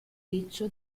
riccio